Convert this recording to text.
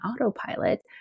autopilot